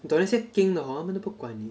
你懂那些 geng 的 hor 他们都不管你